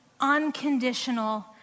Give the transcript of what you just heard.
unconditional